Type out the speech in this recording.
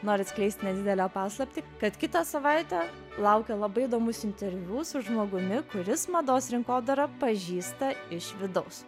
noriu atskleist nedidelę paslaptį kad kitą savaitę laukia labai įdomus interviu su žmogumi kuris mados rinkodarą pažįsta iš vidaus